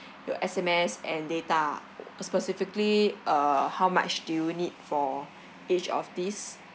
your S_M_S and data uh specifically err how much do you need for each of these